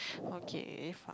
okay fine